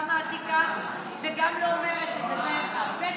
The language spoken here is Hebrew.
גם מעתיקה וגם לא אומרת, ב.